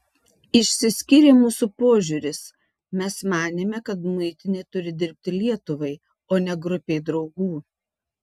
išsiskyrė mūsų požiūris mes manėme kad muitinė turi dirbti lietuvai o ne grupei draugų